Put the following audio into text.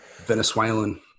Venezuelan